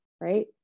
right